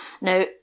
Now